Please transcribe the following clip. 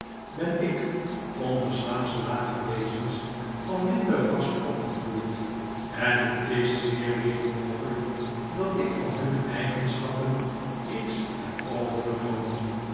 ben ik onder slaafsche lage wezens van minder ras opgegroeid en het is zeer licht mogelyk dat ik van hunne eigenschappen iets heb overgenomen